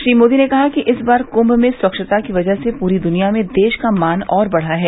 श्री मोदी ने कहा कि इस बार कुंम में स्वच्छता की वजह से पूरी दुनिया में देश का मान और बढ़ा है